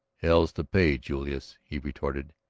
hell's to pay, julius, he retorted.